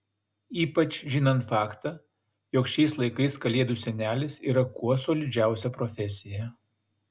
ypač žinant faktą jog šiais laikais kalėdų senelis yra kuo solidžiausia profesija